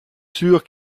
sûr